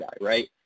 right